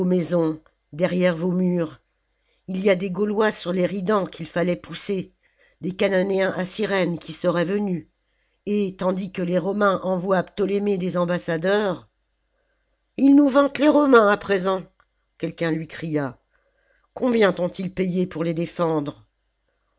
derrière vos murs ii y a des gaulois sur l'eridan qu'il fallait pousser des chananéens à cjrène qui seraient venus et tandis que les romains envoient à ptolémée des ambassadeurs il nous vante les romains à présent quelqu'un lui cria combien tont ils payé pour les défendre